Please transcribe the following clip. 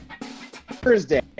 Thursday